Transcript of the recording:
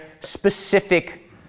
specific